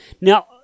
now